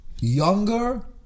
younger